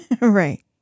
Right